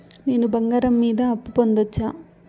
నేను బంగారం మీద అప్పు పొందొచ్చా?